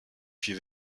puis